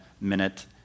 minute